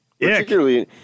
Particularly